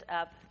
up